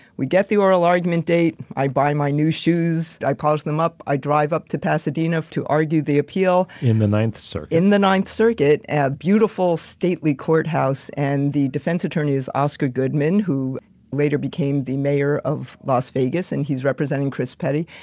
we get the oral argument date, i buy my new shoes, i polish them up, i drive up to pasadena to argue the appeal rosenberg in the ninth circuit. in the ninth circuit, a beautiful stately courthouse and the defense attorneys, oscar goodman, who later became the mayor of las vegas, and he's representing chris petty.